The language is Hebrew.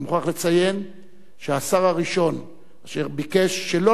אני מוכרח לציין שהשר הראשון אשר ביקש שלא